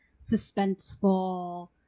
suspenseful